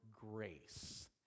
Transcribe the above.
grace